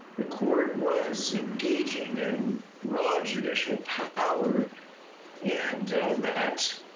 the court was engaging in raw judicial power and that